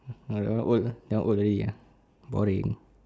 uh that one old old already ah boring